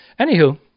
Anywho